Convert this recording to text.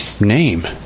name